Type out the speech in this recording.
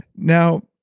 now,